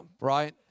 right